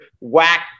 whack